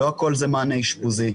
לא הכול זה מענה אשפוזי.